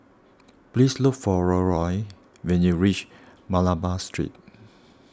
please look for Leroy when you reach Malabar Street